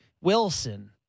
Wilson